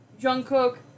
Jungkook